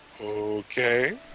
Okay